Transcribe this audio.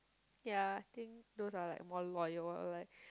ya I think those are like more loyal or like